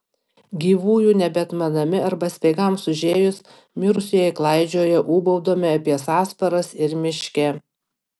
gyvųjų nebeatmenami arba speigams užėjus mirusieji klaidžioja ūbaudami apie sąsparas ir miške